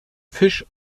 fisch